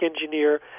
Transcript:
engineer